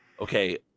okay